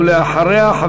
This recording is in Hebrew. ואחריה,